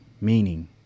meaning